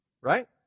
right